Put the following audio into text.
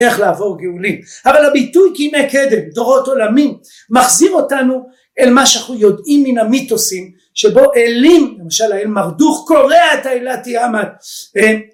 איך לעבור גאולים. אבל הביטוי "כימי קדם, דורות עולמים" מחזיר אותנו אל מה שאנחנו יודעים מן המיתוסים, שבו אלים, למשל האל מרדוך, קורע את האלה תיאמת, צבן...